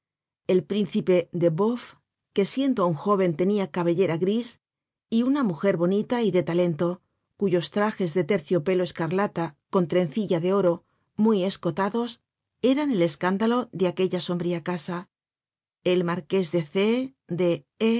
el príncipe de beauf que siendo aun jóven tenia cabellera gris y una mujer bonita y de talento cuyos trajes de terciopelo escarlata con trencilla de oro muy escotados eran el escándalo de aquella sombría casa el marqués de c de